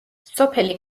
სოფელი